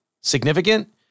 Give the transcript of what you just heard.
significant